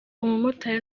umumotari